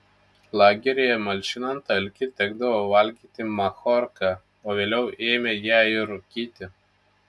lageryje malšinant alkį tekdavo valgyti machorką o vėliau ėmė ją ir rūkyti